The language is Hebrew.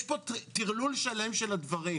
יש פה טרלול שלם של הדברים.